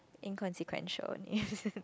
inconsequential